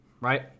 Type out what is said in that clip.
right